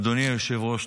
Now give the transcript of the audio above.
אדוני היושב-ראש,